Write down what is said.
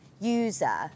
user